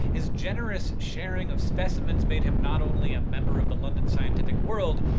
his generous sharing of specimens made him not only a member of the london scientific world,